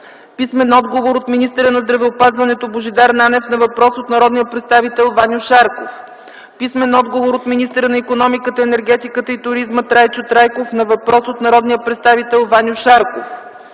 Писмен отговор от министъра на здравеопазването Божидар Нанев на въпрос от народния представител Ваньо Шарков. Писмен отговор от министъра на икономиката, енергетиката и туризма Трайчо Трайков на въпрос от народния представител Ваньо Шарков.